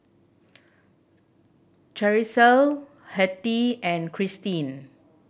Charisse Hettie and Kristi